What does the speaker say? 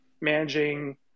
managing